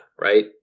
right